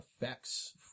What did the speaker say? effects